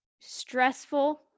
stressful